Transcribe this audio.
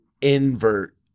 invert